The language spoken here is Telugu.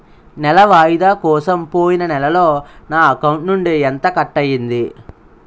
నెల వాయిదా కోసం పోయిన నెలలో నా అకౌంట్ నుండి ఎంత కట్ అయ్యింది?